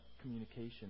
communication